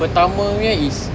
pertamanya is